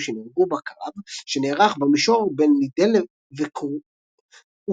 שנהרגו בקרב שנערך "במישור שבין לידל וקרוואנוק."